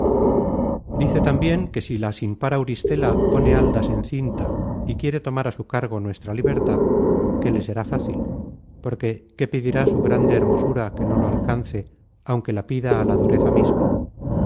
dice tambien que si la sin par auristela pone hal das en cinta y quiere tomar á su cargo nuestra libertad que le será fácil porque qué pedirá su grande hermosura que no lo alcance aunque la pida á la dureza misma